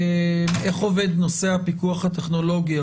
איך עובד נושא הפיקוח הטכנולוגי?